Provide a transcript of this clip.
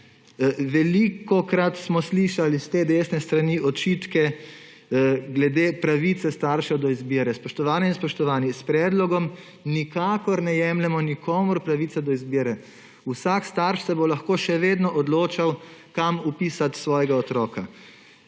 Velikokrat smo slišali s te desne strani očitke glede pravice staršev do izbire. Spoštovane in spoštovani! S predlogom nikakor ne jemljemo nikomur pravice do izbire. Vsak starš se bo lahko še vedno odločal, kam vpisati svojega otroka.